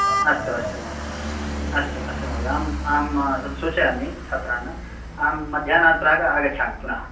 अस्तु अस्तु महोदय अस्तु अस्तु महोदय अहं अहं सूचयामि छात्रान् अहं मध्याह्नात् प्राक् आगच्छामि पुनः